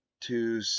two